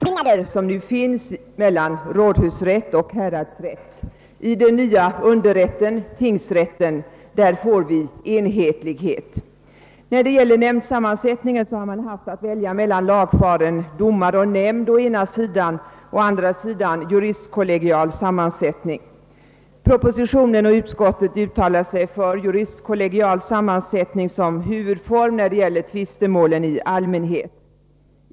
Herr talman! Förevarande lagförslag innebär att vi kommer att få en enhetlig domstolsorganisation i städerna och på landsbygden, vilket hälsas med tillfredsställelse. Det finns i dag inga motiv för de skillnader som föreligger mellan rådhusrätt och häradsrätt. Den nya underrätten, tingsrätten, får en enhetlig utformning. När det gäller nämndsammansättningen har man haft att välja mellan lagfaren domare och nämnd å ena sidan och å andra sidan juristkollegial sammansättning. Departementschefen och utskottsmajoriteten uttalar sig för juristkollegial sammansättning som huvudform när det gäller tvistemålen i allmänhet.